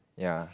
ya